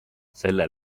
selle